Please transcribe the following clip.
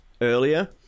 earlier